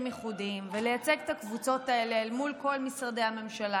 ייחודיים ולייצג את הקבוצות האלה מול כל משרדי הממשלה,